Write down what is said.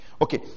okay